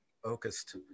focused